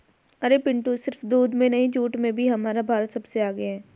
अरे पिंटू सिर्फ दूध में नहीं जूट में भी हमारा भारत सबसे आगे हैं